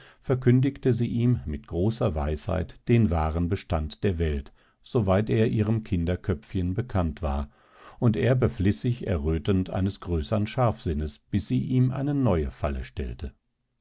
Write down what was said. verkündigte sie ihm mit großer weisheit den wahren bestand der welt soweit er ihrem kinderköpfchen bekannt war und er befliß sich errötend eines größern scharfsinnes bis sie ihm eine neue falle stellte